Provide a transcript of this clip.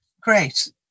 Great